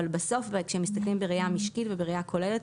אבל בסוף כאשר מסתכלים בראייה משקית ובראייה כוללת,